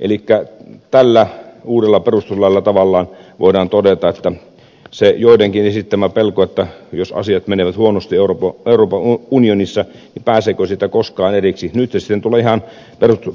elikkä tästä uudesta perustuslaista voidaan tavallaan todeta että nyt tämä vastaus siihen joidenkin esittämään pelkoon että jos asiat menevät huonosti euroopan unionissa pääseekö siitä koskaan eroon tulee